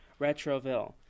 Retroville